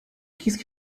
kissed